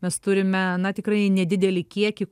mes turime na tikrai nedidelį kiekį